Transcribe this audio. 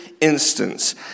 instance